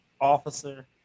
officer